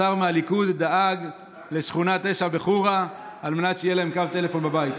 השר מהליכוד דאג לשכונת 9 בחורה על מנת שיהיה להם קו טלפון בבית.